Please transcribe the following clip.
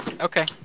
Okay